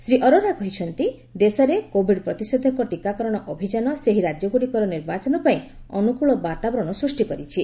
ଶ୍ରୀ ଅରୋରା କହିଛନ୍ତି ଦେଶରେ କୋଭିଡ୍ ପ୍ରତିଷେଧକ ଟିକାକରଣ ଅଭିଯାନ ସେହି ରାଜ୍ୟଗୁଡ଼ିକର ନିର୍ବାଚନ ପାଇଁ ଅନୁକ୍କଳ ବାତାବରଣ ସୃଷ୍ଟି କରିଛି